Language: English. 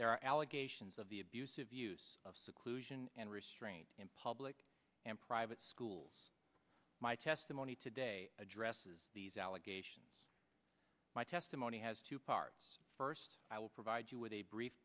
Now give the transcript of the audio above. there are allegations of the abusive use of seclusion and restraint in public and private schools my testimony today addresses these allegations my testimony has two parts first i will provide you with a brief